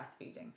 breastfeeding